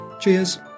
Cheers